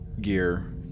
gear